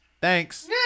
Thanks